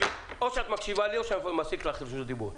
או שאת מקשיבה לי או שאני מפסיק לך את רשות הדיבור.